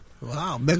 Wow